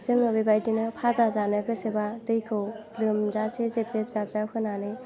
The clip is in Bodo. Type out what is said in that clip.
जोङो बेबायदिनो भाजा जानो गोसोबा दैखौ लोमजासे जेब जेब जाब जाब होनानै